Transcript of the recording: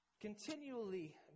Continually